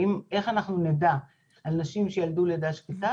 איך אנחנו נדע על נשים שילדו לידה שקטה